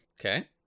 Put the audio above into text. okay